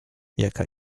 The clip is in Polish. jaka